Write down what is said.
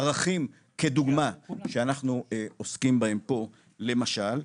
ערכים כדוגמא, שאנחנו עוסקים בהם פה, למשל,